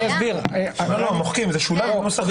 לא, לא, מוחקים, זה שונה בנוסח החוק.